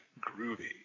Groovy